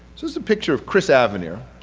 this is a picture of chris avenir.